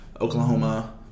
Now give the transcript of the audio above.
Oklahoma